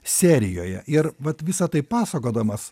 serijoje ir vat visa tai pasakodamas